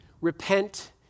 Repent